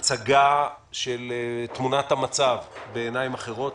מהצגה של תמונת המצב בעיניים אחרות,